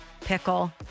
pickle